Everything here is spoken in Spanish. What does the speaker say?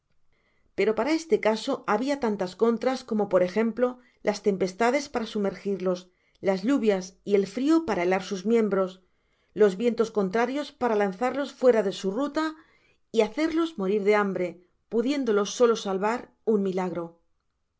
pero para este caso habia tantas contras como por ejemplo las tempestades para sumergirlos las lluvias y el frio para helar sus miembros los vientos contrarios para lanzarlos fuera de su ruta y hacerlos morir de hambre pudiéndolos solo salvar un milagro